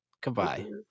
Goodbye